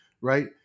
right